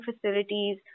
facilities